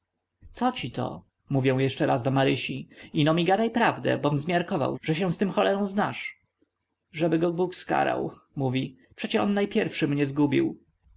co ci to mówię jeszcze raz do marysi ino mi gadaj prawdę bom zmiarkował że się z tym cholerą znasz żeby go bóg skarał mówi przecie on najpierwszy mnie zgubił